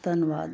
ਧੰਨਵਾਦ